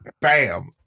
bam